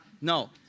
no